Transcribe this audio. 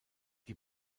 die